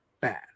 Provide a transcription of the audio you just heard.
bad